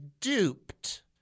duped